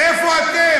איפה אתם?